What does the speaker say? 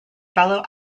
fellow